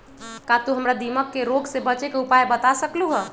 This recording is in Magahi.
का तू हमरा दीमक के रोग से बचे के उपाय बता सकलु ह?